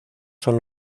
son